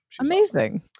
Amazing